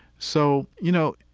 so, you know,